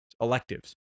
electives